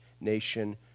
nation